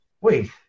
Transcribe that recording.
wait